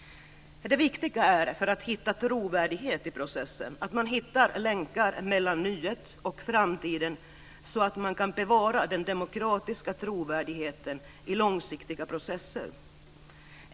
Det viktiga för att hitta trovärdighet i processen är att hitta länkar mellan nuet och framtiden så att man kan bevara den demokratiska trovärdigheten i långsiktiga processer.